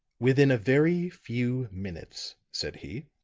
within a very few minutes, said he.